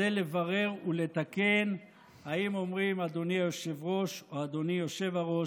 אשתדל לברר ולתקן אם אומרים "אדוני היושב-ראש" או "אדוני יושב-הראש".